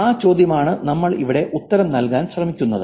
ആ ചോദ്യമാണ് നമ്മൾ ഇവിടെ ഉത്തരം നൽകാൻ ശ്രമിക്കുന്നത്